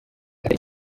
atari